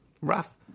rough